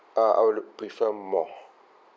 uh I'll look prefer more